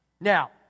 Now